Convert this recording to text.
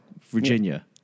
Virginia